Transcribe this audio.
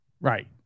Right